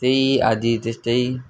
त्यही आदि त्यस्तै